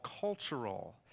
cultural